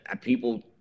people